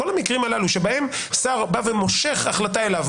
כל המקרים הללו שבהם שר מושך החלטה אליו,